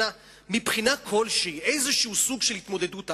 מבחינה כלשהי, איזשהו סוג של התמודדות.